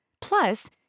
Plus